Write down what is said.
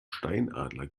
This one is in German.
steinadler